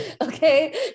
okay